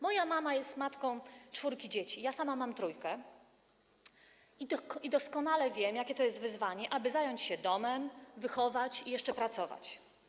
Moja mama jest matką czworga dzieci, ja sama mam troje i doskonale wiem, jakie to jest wyzwanie, aby zajmować się domem, wychowywać dzieci i jeszcze pracować.